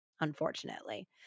unfortunately